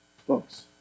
Folks